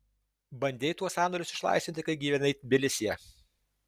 bandei tuos sąnarius išlaisvinti kai gyvenai tbilisyje